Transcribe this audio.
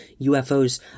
UFOs